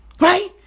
Right